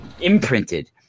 imprinted